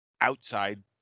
outside